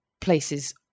places